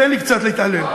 תן לי קצת להתעלל.